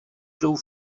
jdou